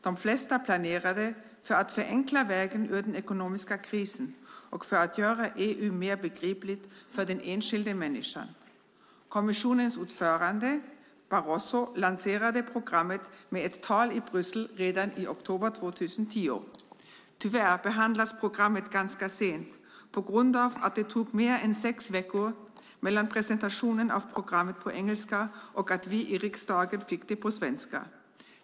De flesta är planerade för att förenkla vägen ur den ekonomiska krisen och för att göra EU mer begripligt för den enskilde människan. Kommissionens ordförande Barroso lanserade programmet med ett tal i Bryssel redan i oktober 2010. Tyvärr behandlas programmet ganska sent på grund av att det tog mer än sex veckor mellan presentationen av programmet på engelska och att vi i riksdagen fick det på svenska.